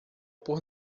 por